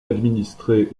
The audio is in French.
administré